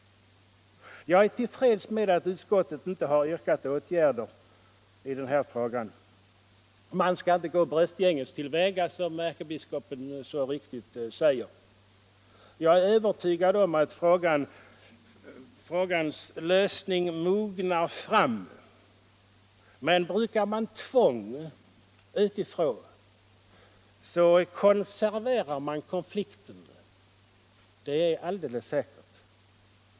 Jag är till freds med att utskottet inte har yrkat på åtgärder i den här frågan; man skall inte gå bröstgänges till väga, som ärkebiskopen så riktigt säger. Jag är övertygad om att frågans lösning mognar fram. Men brukar man tvång utifrån, så konserverar man konflikterna — det är alldeles säkert.